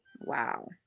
Wow